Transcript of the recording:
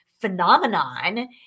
phenomenon